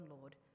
Lord